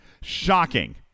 Shocking